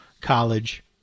college